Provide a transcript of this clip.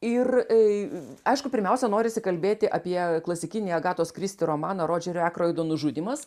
ir tai aišku pirmiausia norisi kalbėti apie klasikinį agatos kristi romaną rodžerio ekroido nužudymas